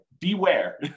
beware